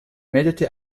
meldete